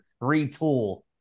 retool